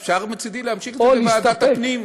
אפשר, מצדי, להמשיך את זה בוועדת הפנים.